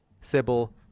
Sybil